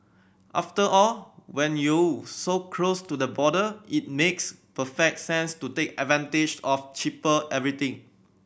after all when you so close to the border it makes perfect sense to take advantage of cheaper everything